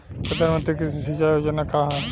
प्रधानमंत्री कृषि सिंचाई योजना का ह?